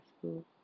school